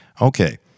Okay